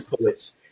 poets